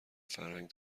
فرهنگ